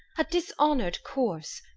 a dishonored corse,